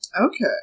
Okay